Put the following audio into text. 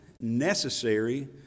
necessary